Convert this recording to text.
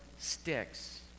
sticks